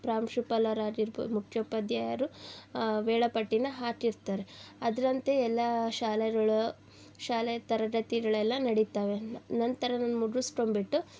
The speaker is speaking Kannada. ಪ್ರಾಂಶುಪಾಲರಾಗಿರ್ಬೌದು ಮುಖ್ಯೋಪಾಧ್ಯಾಯರು ವೇಳಾಪಟ್ಟೀನ ಹಾಕಿರ್ತಾರೆ ಅದರಂತೆ ಎಲ್ಲ ಶಾಲೆಗಳು ಶಾಲೆಯ ತರಗತಿಗಳೆಲ್ಲ ನಡೀತವೆ ನಂತರ ನಾನು ಮುಗಿಸ್ಕೊಂಬಿಟ್ಟು